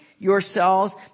yourselves